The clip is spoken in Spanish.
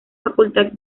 facultad